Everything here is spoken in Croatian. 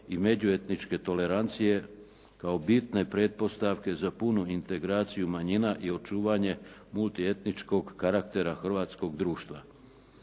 i međuetničke tolerancije kao bitne pretpostavke za punu integraciju manjina i očuvanje multietničkog karaktera hrvatskog društva.